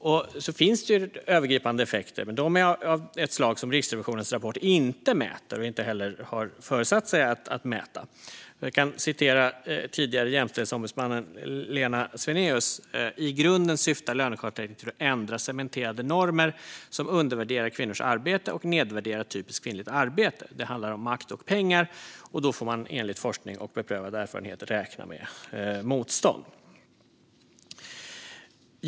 Sedan finns det övergripande effekter, men de är av ett slag som Riksrevisionens rapport inte mäter och inte heller har föresatt sig att mäta. Jag kan citera den tidigare jämställdhetsombudsmannen Lena Svenaeus: "I grunden syftar lönekartläggning till att ändra cementerade normer som undervärderar kvinnors arbete och nedvärderar typiskt kvinnligt arbete. Det handlar om makt och pengar och då får man enligt forskning och beprövad erfarenhet räkna med motstånd."